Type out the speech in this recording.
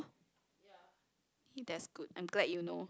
that's good I'm glad you know